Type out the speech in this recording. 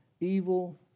Evil